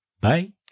Bye